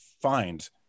find